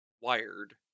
wired